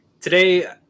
Today